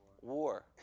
War